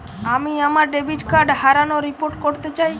আমি আমার debit card হারানোর রিপোর্ট করতে চাই